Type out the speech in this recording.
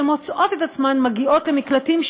שמוצאות את עצמן מגיעות למקלטים,